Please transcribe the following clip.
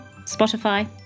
Spotify